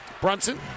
Brunson